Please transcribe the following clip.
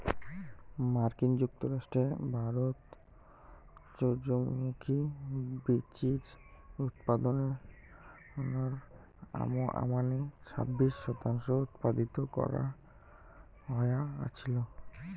মার্কিন যুক্তরাষ্ট্র ও ভারত সূর্যমুখী বীচির উৎপাদনর আমানে ছাব্বিশ শতাংশ উৎপাদিত হয়া আছিল